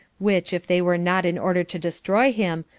which if they were not in order to destroy him,